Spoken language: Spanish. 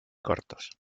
cortos